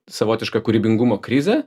savotišką kūrybingumo krizę